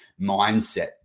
mindset